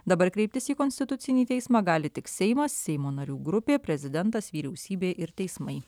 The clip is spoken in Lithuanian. dabar kreiptis į konstitucinį teismą gali tik seimas seimo narių grupė prezidentas vyriausybė ir teismai